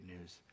news